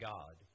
God